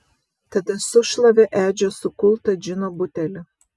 tada sušlavė edžio sukultą džino butelį